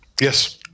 Yes